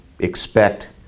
expect